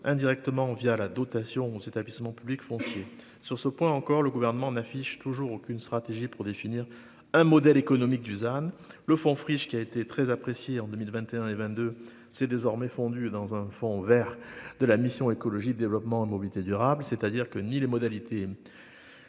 indirectement via la dotation cet établissement public foncier sur ce point encore, le gouvernement n'affiche toujours aucune stratégie pour définir un modèle économique Dusan le Fonds friche qui a été très apprécié en 2021 et 22 s'est désormais fondu dans un fonds Vert de la mission Écologie développement et mobilités durables, c'est-à-dire que ni les modalités